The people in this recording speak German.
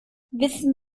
wissen